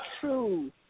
true